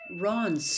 Ron